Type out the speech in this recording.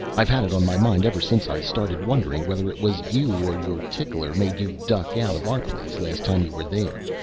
i've had it on my mind ever since i started wondering whether it was you or your tickler made you duck out of our place last time you were there.